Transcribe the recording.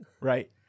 Right